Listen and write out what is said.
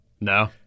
no